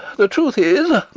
the truth is,